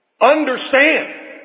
Understand